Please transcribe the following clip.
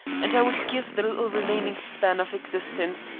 and i would give the little remaining span of existence,